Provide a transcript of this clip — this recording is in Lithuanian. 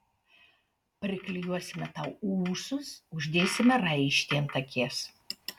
priklijuosime tau ūsus uždėsime raištį ant akies